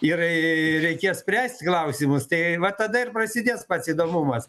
ir reikės spręst klausimus tai va tada ir prasidės pats įdomumas